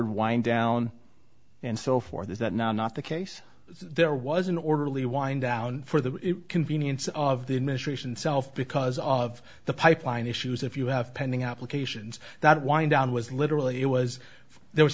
and wind down and so forth is that now not the case there was an orderly wind down for the convenience of the administration self because of the pipeline issues if you have pending applications that wind down was literally it was for there was